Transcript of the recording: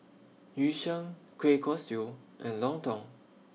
Yu Sheng Kueh Kosui and Lontong